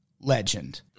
legend